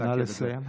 נא לסיים.